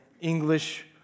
English